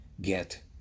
get